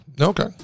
Okay